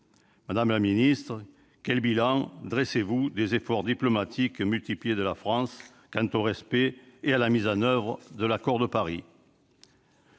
Madame la secrétaire d'État, quel bilan dressez-vous des efforts diplomatiques multipliés de la France quant au respect et à la mise en oeuvre de l'accord de Paris ?